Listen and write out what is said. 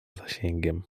zasięgiem